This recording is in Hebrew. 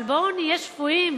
אבל בואו נהיה שפויים,